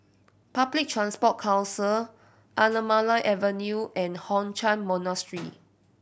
Public Transport Council Anamalai Avenue and Hock Chuan Monastery